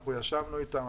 ישבנו איתם,